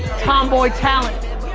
tomboy talent.